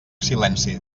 silenci